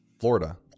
Florida